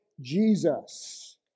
Jesus